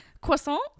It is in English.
croissant